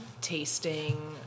tasting